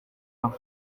hari